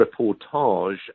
reportage